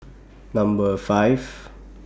Number five